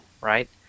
right